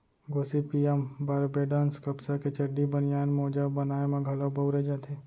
Gossypium बारबेडॅन्स कपसा के चड्डी, बनियान, मोजा बनाए म घलौ बउरे जाथे